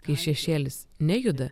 kai šešėlis nejuda